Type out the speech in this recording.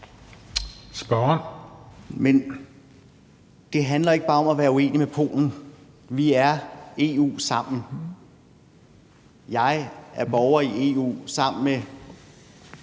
(SF): Men det handler ikke bare om at være uenig med Polen. Vi er EU sammen. Jeg er borger i EU sammen med